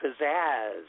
pizzazz